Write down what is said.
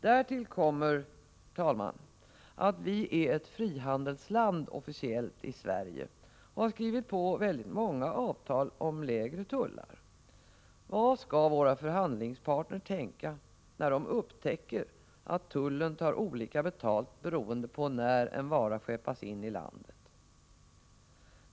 Därtill kommer, herr talman, att Sverige officiellt är ett frihandelsland och har skrivit på väldigt många avtal om lägre tullar. Vad skall våra förhandlingspartner tänka, när de upptäcker att tullen tar olika betalt beroende på när en vara skeppas in i landet?